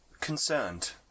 Concerned